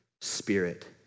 spirit